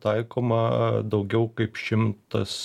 taikoma daugiau kaip šimtas